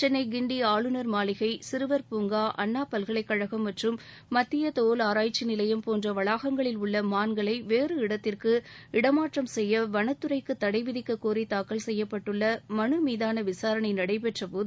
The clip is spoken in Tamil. சென்னை கிண்டி ஆளுநர் மாளிகை சிறுவர் பூங்கா அண்ணா பல்கலைக் கழகம் மற்றும் மத்திய தோல் ஆராய்ச்சி நிலையம் போன்ற வளாகங்களில் உள்ள மான்களை வேறு இடத்திற்கு இடமாற்றம் செய்ய வனத்துறைக்கு தடை விதிக்கக் கோரி தாக்கல் செய்யப்பட்டுள்ள மனுமீதான விசாரணை நடைபெற்ற போது